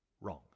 Wrong